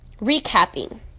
recapping